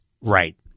right